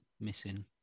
missing